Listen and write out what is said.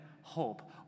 hope